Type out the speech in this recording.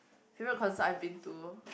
favourite concert I've been to